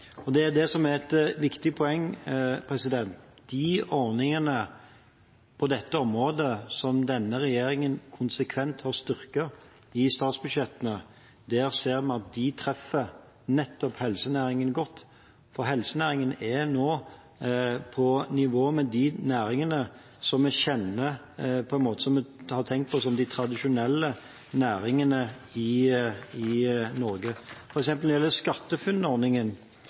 som gikk til helse. Det er et viktig poeng; de ordningene på dette området som denne regjeringen konsekvent har styrket i statsbudsjettene, ser vi treffer nettopp helsenæringen godt, og helsenæringen er nå på nivå med de næringene som vi har tenkt på som de tradisjonelle næringene i Norge. For eksempel når det gjelder